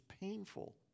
painful